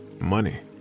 money